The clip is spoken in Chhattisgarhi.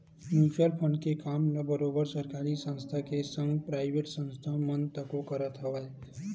म्युचुअल फंड के काम ल बरोबर सरकारी संस्था के संग पराइवेट संस्था मन तको करत हवय